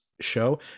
show